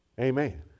Amen